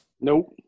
Nope